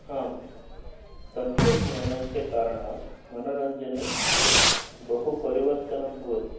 तन्त्रज्ञानस्य कारणात् मनोरञ्जने बहु परिवर्तनं भवति